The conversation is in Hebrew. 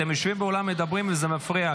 אתם יושבים באולם ומדברים, וזה מפריע.